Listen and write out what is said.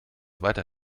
weiter